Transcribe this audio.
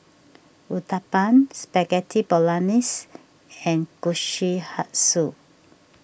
Uthapam Spaghetti Bolognese and Kushikatsu